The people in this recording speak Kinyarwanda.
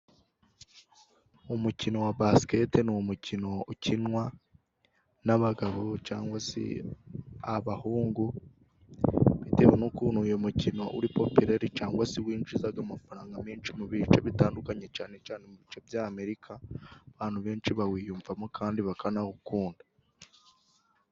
Umukino wa basiketi ni umukino ukinwa n'abagabo cyangwa se abahungu, bitewe n'ukuntu uyu mukino uri popireri ,cyangwa se winjiza amafaranga menshi mu bice bitandukanye ,cyane cyane mu bice by' Amerika, abantu benshi bawiyumvamo kandi bakanawukunda.